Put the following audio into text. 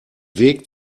weg